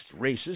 racist